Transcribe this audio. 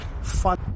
fun